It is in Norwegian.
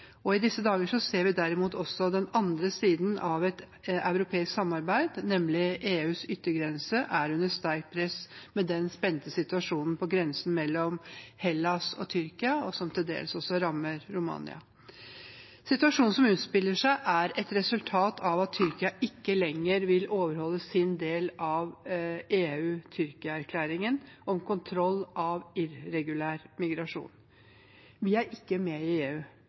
I disse dager ser vi også den andre siden av et europeisk samarbeid, nemlig ved at EUs yttergrense er under sterkt press med den spente situasjonen på grensen mellom Hellas og Tyrkia, og som til dels også rammer Romania. Situasjonen som utspiller seg, er et resultat av at Tyrkia ikke lenger vil overholde sin del av EU–Tyrkia-erklæringen om kontroll av irregulær migrasjon. Vi er ikke med i EU,